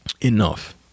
enough